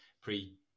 pre